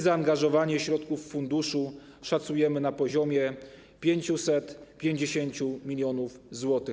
Zaangażowanie środków funduszu szacujemy na poziomie 550 mln zł.